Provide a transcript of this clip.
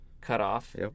cutoff